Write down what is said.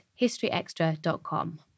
historyextra.com